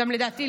לדעתי,